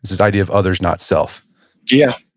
this idea of others, not self yeah.